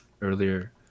earlier